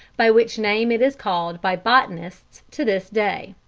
by which name it is called by botanists to this day.